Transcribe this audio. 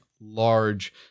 large